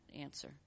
answer